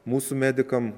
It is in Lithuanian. mūsų medikams